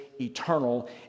eternal